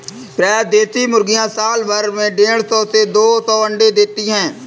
प्रायः देशी मुर्गियाँ साल भर में देढ़ सौ से दो सौ अण्डे देती है